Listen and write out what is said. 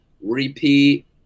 repeat